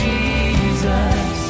Jesus